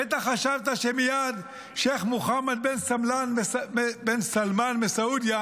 בטח חשבת שמייד שייח' מוחמד בן סלמאן מסעודיה